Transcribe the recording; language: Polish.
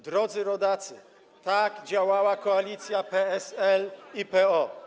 Drodzy rodacy, tak działała koalicja PSL i PO.